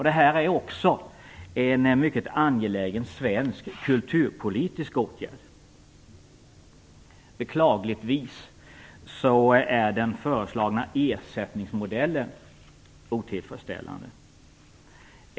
Detta är också en mycket angelägen svensk kulturpolitisk åtgärd. Beklagligtvis är den föreslagna ersättningsmodellen otillfredsställande.